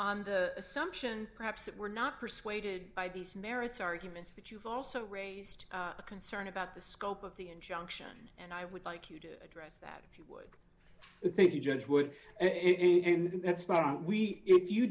on the assumption perhaps that we're not persuaded by these merits arguments but you've also raised a concern about the scope of the injunction and i would like you to address that if you would think the judge would it and that's why don't we if you